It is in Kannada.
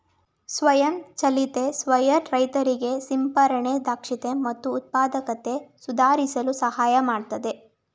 ಸ್ವಯಂ ಚಾಲಿತ ಸ್ಪ್ರೇಯರ್ ರೈತರಿಗೆ ಸಿಂಪರಣೆ ದಕ್ಷತೆ ಮತ್ತು ಉತ್ಪಾದಕತೆ ಸುಧಾರಿಸಲು ಸಹಾಯ ಮಾಡ್ತದೆ